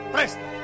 Presta